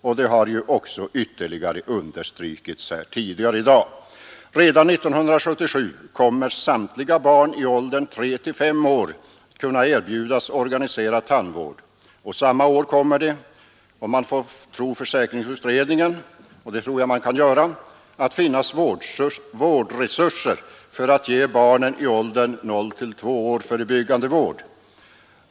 Redan 1977 kommer samtliga barn i åldern 3—5 år att kunna erbjudas organiserad tandvård och samma år kommer det — om man får tro försäkringsutredningen, och det anser jag att man kan göra — att finnas vårdresurser för att ge barnen i åldern 0—2 år förebyggande tandvård.